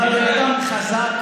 אבל הבן אדם חזק.